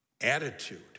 attitude